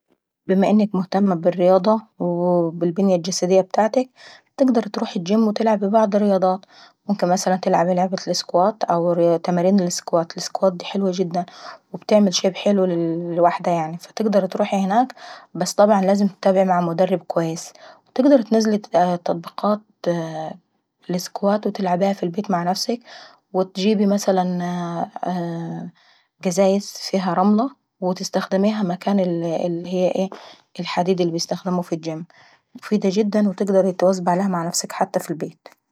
بم انك مهتمة بالرياضة والبنية الجسدية تقدري اتروحي الجيم وتلعبي رياضة، وممكن تلعبي لعبة او تمارين الاسكوات والتمارين، الاسكوات داي حلوة جدا، وتبعمل شيب حلو للواحدة يعناي، فتقدري تروحي هناك بس لازم طبعا اتابعي مع مدرب كويس. تقدري تنزلي تطبيقات الاسكوات وتلعبيها ف البيت مع نفسك وتجيبي مثلا قزايز فيها رملة وتستخدميها بكان اللي هي ايه الحديد اللي بيستخدموه ف الجيم. مفيدة جدا وتقدري تواظبي عليها مع نفسك حتى ف البيت.